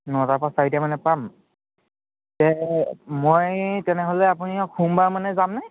নটাৰ পৰা চাৰিটা মানে পাম তে মই তেনেহ'লে আপুনি সোমবাৰমানে যামনে